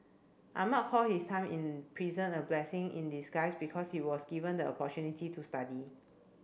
Ahmad call his time in prison a blessing in disguise because he was given the opportunity to study